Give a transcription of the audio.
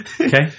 okay